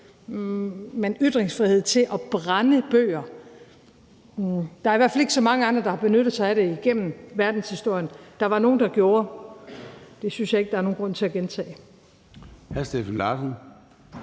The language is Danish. til ytringsfrihed til at brænde bøger er der i hvert fald ikke så mange andre, der har benyttet sig af det gennem verdenshistorien. Der var nogen, der gjorde. Det synes jeg ikke der er nogen grund til at gentage. Kl. 02:08 Formanden